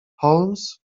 holmes